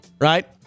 right